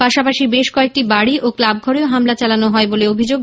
পাশাপাশি বেশ কয়েকটি বাড়ি ও ক্লাবঘরেও হামলা চালানো হয় বলে অভিযোগ